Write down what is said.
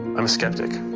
i'm a skeptic.